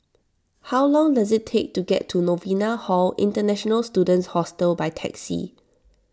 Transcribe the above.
how long does it take to get to Novena Hall International Students Hostel by taxi